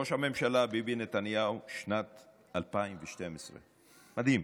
ראש הממשלה ביבי נתניהו, בשנת 2012. מדהים.